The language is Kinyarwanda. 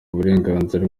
uburenganzira